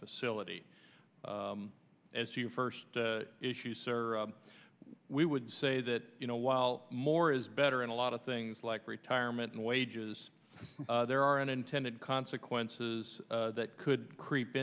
facility as you first issue sir we would say that you know while more is better in a lot of things like retirement and wages there are unintended consequences that could creep